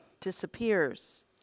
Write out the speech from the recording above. disappears